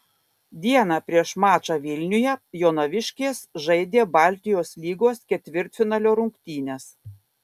dieną prieš mačą vilniuje jonaviškės žaidė baltijos lygos ketvirtfinalio rungtynes